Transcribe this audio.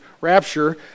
rapture